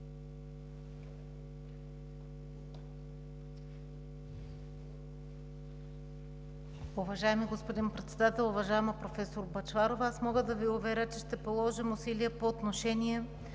Уважаеми господин Председател! Уважаема професор Бъчварова, мога да Ви уверя, че ще положим усилия по отношение